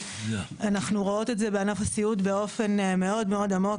אנחנו רואות את זה בענף הסיעוד באופן מאוד עמוק